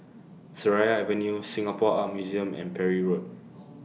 Seraya Avenue Singapore Art Museum and Parry Road